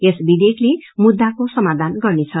यस विधेयकले मुद्दााको समाधान गर्नेछ